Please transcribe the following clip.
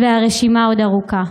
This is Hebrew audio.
הרשימה עוד ארוכה.